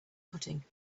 footing